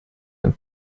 ein